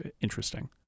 interesting